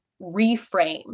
reframe